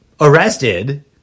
arrested